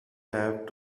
have